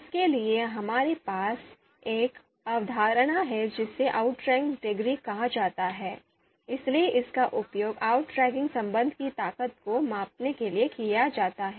उसके लिए हमारे पास एक अवधारणा है जिसे outrankingडिग्री कहा जाता है इसलिए इसका उपयोग outrankingसंबंध की ताकत को मापने के लिए किया जाता है